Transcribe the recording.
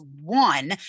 One